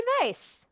advice